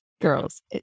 girls